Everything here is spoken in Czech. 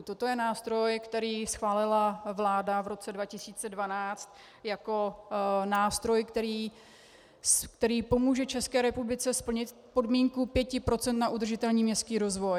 Toto je nástroj, který schválila vláda v roce 2012 jako nástroj, který pomůže České republice splnit podmínku pěti procent na udržitelný městský rozvoj.